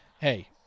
Hey